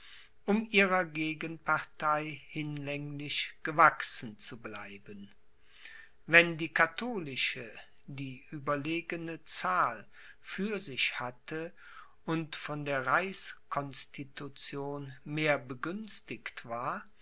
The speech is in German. um ihrer gegenpartei hinlänglich gewachsen zu bleiben wenn die katholische die überlegene zahl für sich hatte und von der reichsconstitution mehr begünstigt war